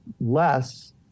less